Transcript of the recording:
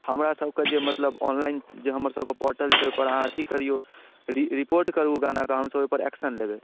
हमरासभके जे मतलब ऑनलाइन जे हमरसभके पोर्टल छै ओहिपर अहाँ अथी करियौ रि रिपोर्ट करू गानाके हमसभ ओहिपर एक्शन लेबै